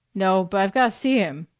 no. but i've got see him.